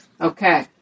Okay